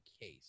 case